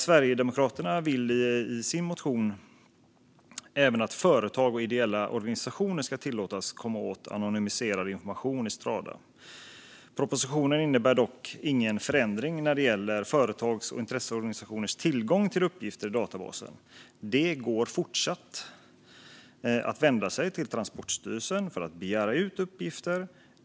Sverigedemokraterna vill i sin motion att även företag och ideella organisationer ska tillåtas att komma åt anonymiserad information i Strada. Propositionen innebär dock ingen förändring när det gäller företags och intresseorganisationers tillgång till uppgifter i databasen. Det går fortsatt att vända sig till Transportstyrelsen för att begära ut uppgifter.